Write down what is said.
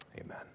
Amen